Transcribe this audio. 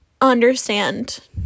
understand